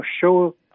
show